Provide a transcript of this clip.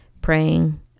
praying